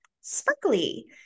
sparkly